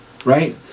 Right